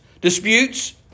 disputes